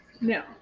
No